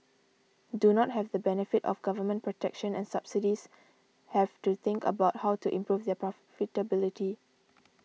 do not have the benefit of government protection and subsidies have to think about how to improve their profitability